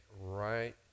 right